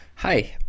Hi